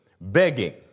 begging